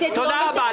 תודה רבה.